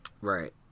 Right